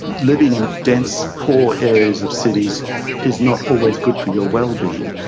living in dense, poor areas of cities is not always good for your well-being,